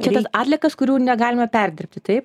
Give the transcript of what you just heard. čia tas atliekas kurių negalima perdirbti taip